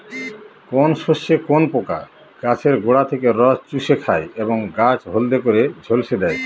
কোন শস্যে কোন পোকা গাছের গোড়া থেকে রস চুষে খায় এবং গাছ হলদে করে ঝলসে দেয়?